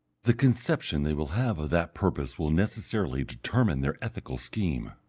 the conception they will have of that purpose will necessarily determine their ethical scheme.